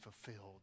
fulfilled